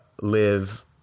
live